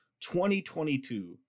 2022